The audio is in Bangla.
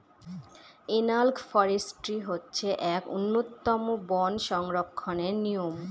এনালগ ফরেষ্ট্রী হচ্ছে এক উন্নতম বন সংরক্ষণের নিয়ম